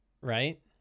right